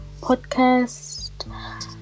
podcast